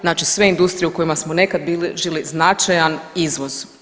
Znači sve industrije u kojima smo nekad bilježili značajan izvoz.